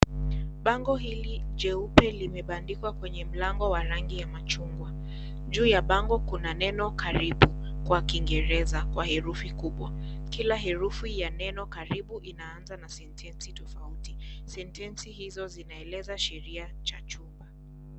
Bango hili jeupe limebandikwa kwenye mlango wa rangi ya machungwa. Juu ya bango kuna neno karibu kwa kingereza kwa herufi kubwa. Kila herufi ya neno karibu inaanza na sentesi tofauti, sentesi hizo zinaeleza sheria cha chumba.